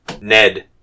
Ned